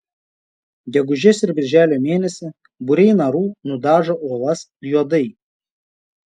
gegužės ir birželio mėnesį būriai narų nudažo uolas juodai